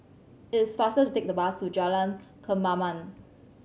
it is faster to take the bus to Jalan Kemaman